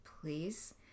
please